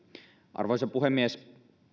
arvoisa puhemies